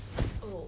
oh